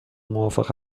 موافق